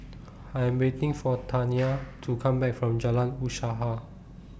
I Am waiting For Taniyah to Come Back from Jalan Usaha